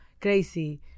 crazy